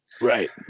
Right